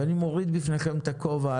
ואני מוריד בפניכם את הכובע,